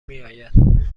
میآید